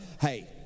Hey